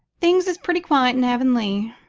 things is pretty quiet in avonlea.